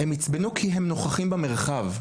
הם עיצבנו כי הם נוכחים במרחב.